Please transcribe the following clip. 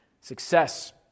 success